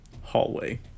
hallway